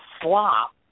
slop